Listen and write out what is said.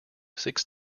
six